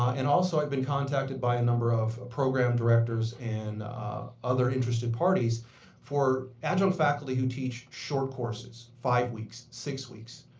and also i've been contacted by a number of program directors and other interested parties for adjunct faculty who teach short courses, five weeks, six weeks.